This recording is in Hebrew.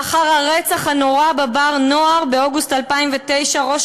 לאחר הרצח הנורא ב"בר-נוער" באוגוסט 2009 ראש